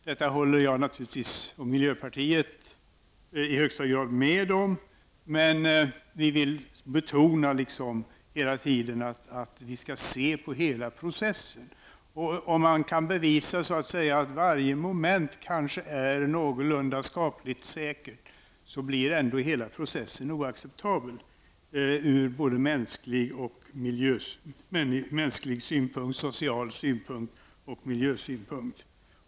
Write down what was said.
Detta håller naturligtvis jag och miljöpartiet i högsta grad med om, men vi vill hela tiden betona att det är nödvändigt att se på hela processen. Om man kan visa att varje moment är någorlunda skapligt säkert, blir ändå hela processen oacceptabel ur mänsklig synpunkt, social synpunkt och miljösynpunkt.